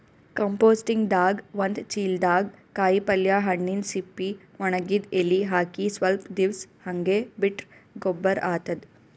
ಕಂಪೋಸ್ಟಿಂಗ್ದಾಗ್ ಒಂದ್ ಚಿಲ್ದಾಗ್ ಕಾಯಿಪಲ್ಯ ಹಣ್ಣಿನ್ ಸಿಪ್ಪಿ ವಣಗಿದ್ ಎಲಿ ಹಾಕಿ ಸ್ವಲ್ಪ್ ದಿವ್ಸ್ ಹಂಗೆ ಬಿಟ್ರ್ ಗೊಬ್ಬರ್ ಆತದ್